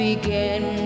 begin